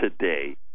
today